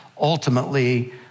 ultimately